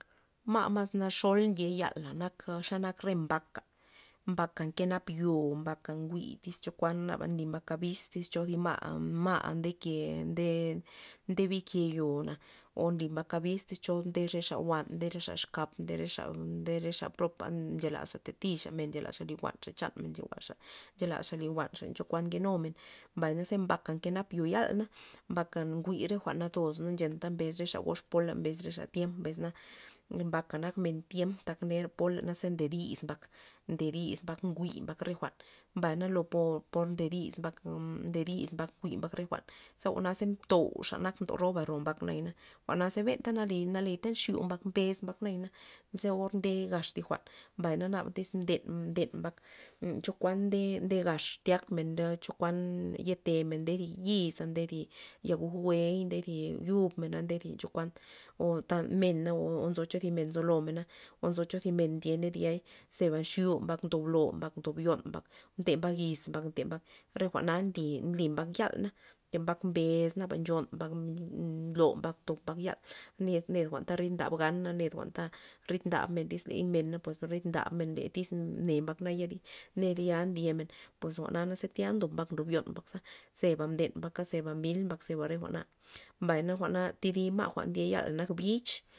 Ma' mas naxol ndye yala nak xa nak re mbaka, mbaka nke nap yo mbaka njwi' tyx chokuan naba nly abis iz cho zi ma'-ma' ndeke nde- nde bike yo'na o nly mbak abis iz cho re xa nde cho re jwa'n re xa exkap nde rexa- nde rexa propa nche lazxa tatixa men nche lazxa li jwa'nxa chanmen nche lasxa li jwa'nxa chokuan nke numen, mbay na ze mbaka nke nap yal na mbaka njwi' re jwa'n nazos na nchenta xe mbes re xa gox pola mbes re xa tiemp mbesna mbaka nak men tiemp nera pola naze nde dis mbak nde dis njwi' mbak re jwa'na, mbay na por nde dis mbak nde dis mbak njwi' mbak re jwa'n jwa'naze mtou'xa nad mdo roba ro mbak naya na, jwa'naze benta ndeli naleta nchu mbak mbes mbak naya na ze or nde gax jwa'n mbay na nada iz nde ndem mbak chokuan nde- nde xe tiak men chokuan ye tem nde zi yiz nde zi yaguj jwe'y nde yub mena nde zi chokuan o ta mena o nzo cho thi men ncho lo mena o nzo cho zi men ndye den ya'i zeba nxu mbak ndob lo mbakna ndo yon mbak nde mbak yiz mbak nte mbak re jwa'n ta nly mbak yal na, le mbak mbes na nchon mbak nlo mbak ndo mbak yal ned jwa'n ta rid ndab gana ned ta rid ndab men ley mena pues ridmen tyz mne ne mbak tya ned ya ndyemen pues jwa'na za tya ndob yon mbak za zeba mden mbaka ze mbil mbak zeba re jwa'na, mbay na jwa'na thiba ti ma' ndye yala nak bich.